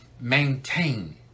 maintain